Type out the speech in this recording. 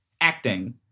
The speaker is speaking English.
acting